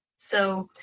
so